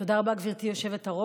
תודה רבה, גברתי היושבת-ראש.